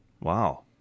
Wow